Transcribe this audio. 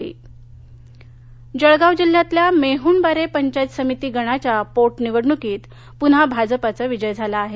जळगाव जळगाव जिल्ह्यातल्या मेह्णबारे पंचायत समिती गणाच्या पोट निवडणूकीत पुन्हा भाजपाचा विजय झाला आहे